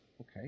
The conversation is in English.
Okay